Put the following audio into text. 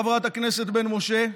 חברת הכנסת בן משה,